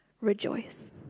Rejoice